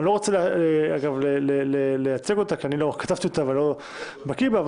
אני לא רוצה לייצג אותה כי לא כתבתי אותה ואני לא בקי בה,